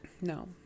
No